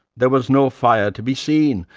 there was no fire to be seen,